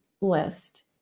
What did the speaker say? list